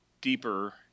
deeper